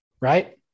right